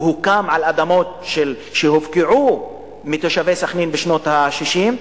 הוקם על אדמות שהופקעו מתושבי סח'נין בשנות ה-60.